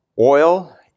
oil